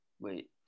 Wait